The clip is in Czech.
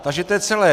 Takže to je celé.